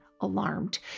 alarmed